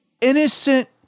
innocent